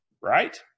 right